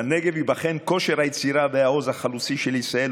"בנגב ייבחן כושר היצירה והעוז החלוצי של ישראל,